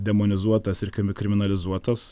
demonizuotas ir kriminalizuotas